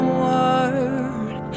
word